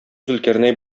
зөлкарнәй